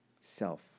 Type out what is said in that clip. self